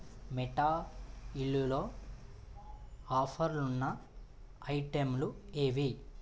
మిఠాయిలు లో ఆఫర్లున్న ఐటెంలు ఏవి